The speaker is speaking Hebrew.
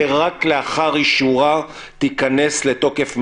ורק לאחר אישורה תיכנס לתוקף מיידי."